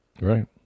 Right